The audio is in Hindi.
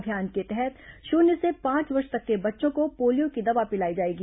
अभियान के तहत शुन्य से पांच वर्ष तक के बच्चों को पोलियो की दवा पिलाई जाएगी